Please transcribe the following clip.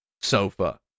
sofa